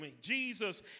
Jesus